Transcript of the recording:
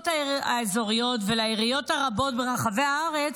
האזוריות ולעיריות הרבות ברחבי הארץ,